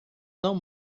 não